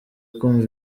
kumva